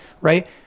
right